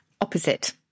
Opposite